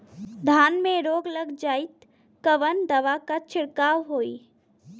धान में रोग लग जाईत कवन दवा क छिड़काव होई?